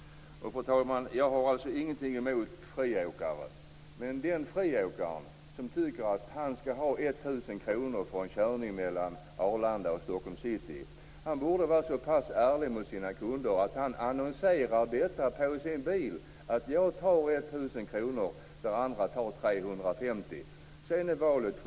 Jag har alltså ingenting emot friåkare, men den friåkare som tycker att han skall ha 1 000 kr för en körning mellan Arlanda och Stockholms city borde vara så pass ärlig mot sina kunder att han annonserar på sin bil att han tar 1 000 kr där andra tar